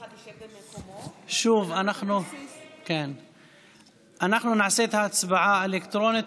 שוב, אנחנו נעשה את ההצבעה האלקטרונית.